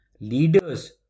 leaders